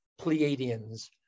Pleiadians